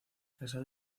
casado